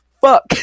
Fuck